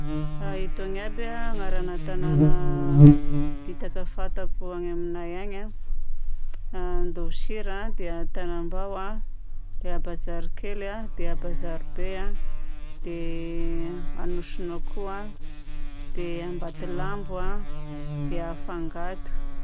Itony aby agnarana tanagna bitaka fantako agny aminay agny a: Andovosira, dia Antanambao a, dia Abazarikely a, dia Abazaribe a, dia Anosinakoho a, dia Ambatolampo a, dia Afangato.